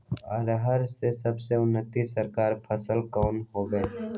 अरहर के सबसे उन्नत संकर फसल कौन हव?